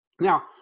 Now